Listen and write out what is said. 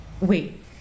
Wait